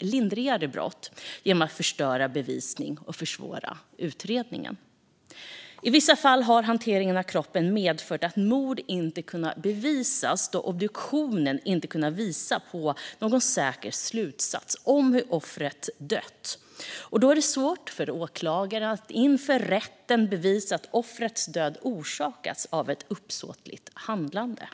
lindrigare brott genom att förstöra bevisning och försvåra utredning. I vissa fall har hanteringen av kroppen medfört att mord inte kunnat bevisas då obduktionen inte kunnat fastställa säkert hur offret dött. Då är det svårt för åklagaren att inför rätten bevisa att offrets död orsakats av ett uppsåtligt handlande.